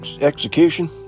execution